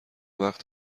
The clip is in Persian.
وقت